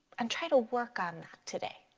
and try to work on that today.